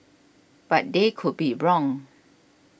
but they could be wrong